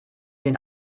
den